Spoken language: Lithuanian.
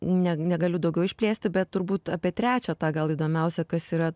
ne negaliu daugiau išplėsti bet turbūt apie trečią tą gal įdomiausia kas yra